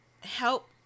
help